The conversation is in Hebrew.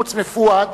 חוץ מפואד,